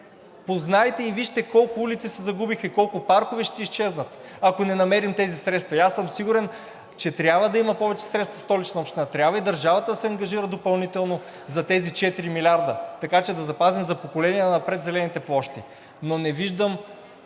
Познайте и вижте колко улици се загубиха и колко паркове ще изчезнат, ако не намерим тези средства. И аз съм сигурен, че трябва да има повече средства Столична община, трябва и държавата да се ангажира допълнително за тези 4 милиарда, така че да запазим за поколения напред зелените площи,